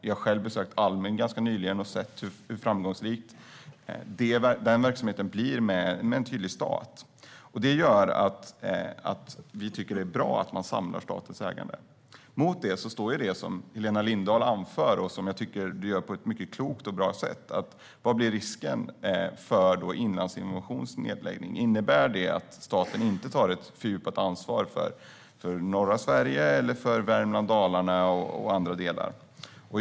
Jag har själv besökt Almi ganska nyligen och sett hur framgångsrik den verksamheten blir med en tydlig stat. Det gör att vi tycker att det är bra att man samlar statens ägande. Mot detta står det som Helena Lindahl anför, och som jag tycker att hon gör på ett mycket klokt och bra sätt, nämligen: Vad är risken med en nedläggning av Inlandsinnovation? Innebär det att staten inte tar ett fördjupat ansvar för norra Sverige eller för Värmland, Dalarna och andra delar?